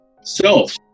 self